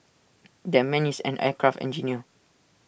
that man is an aircraft engineer